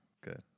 good